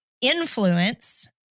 influence